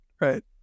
right